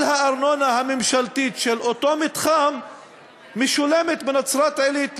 כל הארנונה הממשלתית של אותו מתחם משולמת בנצרת-עילית,